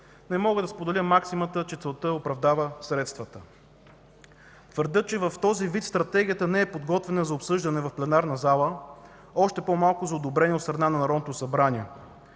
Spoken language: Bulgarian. не мога да споделя максимата, че целта оправдава средствата. Твърдя, че в този вид Стратегията не е подготвена за обсъждане в пленарната зала, а още по-малко за одобрение от страна на Народното събрание.